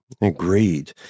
Agreed